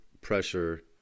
pressure